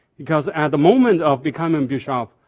because at the moment of becoming bishop,